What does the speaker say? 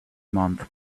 months